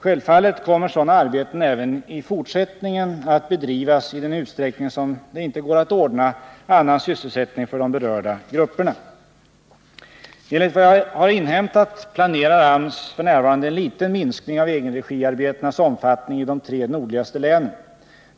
Självfallet kommer sådana arbeten även i fortsättningen att bedrivas i den utsträckning som det inte går att ordna annan sysselsättning för de berörda grupperna. Enligt vad jag har inhämtat planerar AMS f.n. en liten minskning av egenregiarbetenas omfattning i de tre nordligaste länen.